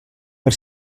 per